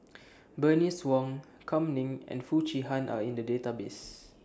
Bernice Wong Kam Ning and Foo Chee Han Are in The Database